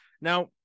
now